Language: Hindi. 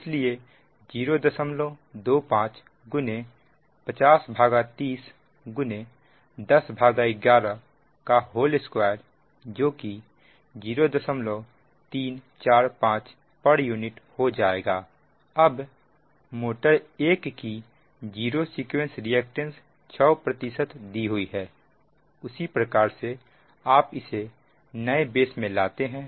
इसलिए 025 5030 10112जो 0345 pu हो जाएगा अब मोटर 1 की जीरो सीक्वेंस रिएक्टेंस 6 दी हुई है उसी प्रकार से आप इसे नए बेस में लाते हैं